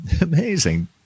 Amazing